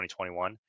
2021